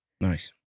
Nice